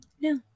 No